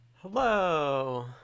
Hello